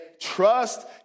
trust